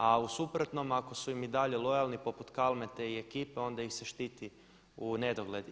A u suprotnom ako su im i dalje lojalni poput Kalmete i ekipe onda ih se štiti u nedlogled.